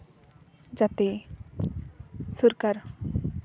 ᱡᱟᱛᱮ ᱥᱚᱨᱠᱟᱨ